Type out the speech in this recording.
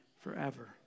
forever